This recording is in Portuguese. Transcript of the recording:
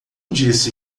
disse